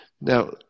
Now